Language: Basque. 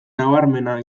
nabarmena